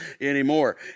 anymore